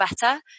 better